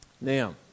Now